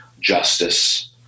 justice